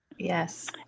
Yes